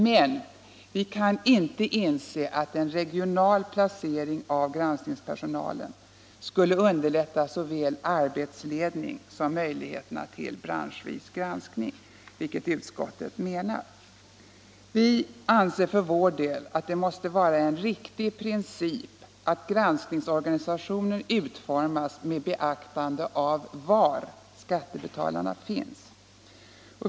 Men vi kan inte inse att en regional placering av granskningspersonalen skulle underlätta såväl arbetsledning som möjligheterna till branschvis granskning, vilket utskottet menat. Vi anser för vår del att det måste vara en riktig princip att granskningsorganisationen utformas med beaktande av var skattebetalarna finns.